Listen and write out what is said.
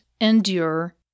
endure